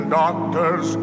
doctors